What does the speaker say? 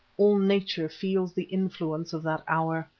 all nature feels the influence of that hour.